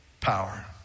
power